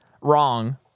wrong